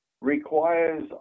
requires